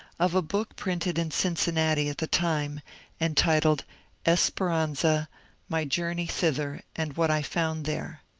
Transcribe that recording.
of a book printed in cin cinnati at the time entitled esperanza my journey thither and what i found there.